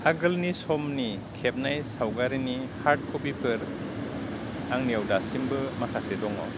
आगोलनि समनि खेबनाय सावगारिनि हार्ड कफिफोर आंनियाव दासिमबो माखासे दङ